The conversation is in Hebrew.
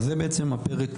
אז זה בעצם הפרק,